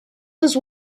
was